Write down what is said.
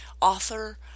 author